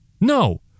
No